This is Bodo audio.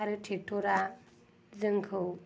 आरो ट्रेक्ट'रा जोंखौ